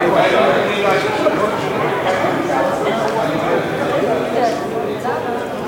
(הישיבה נפסקה בשעה 19:48 ונתחדשה בשעה